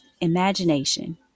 imagination